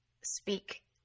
speak